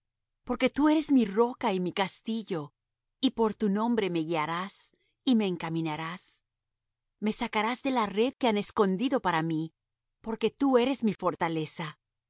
porque tú eres mi roca y mi castillo y por tu nombre me guiarás y me encaminarás me sacarás de la red que han escondido para mí porque tú eres mi fortaleza